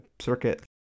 circuit